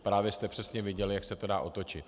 Právě jste přesně viděli, jak se to dá otočit.